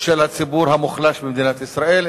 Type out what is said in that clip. של הציבור המוחלש במדינת ישראל,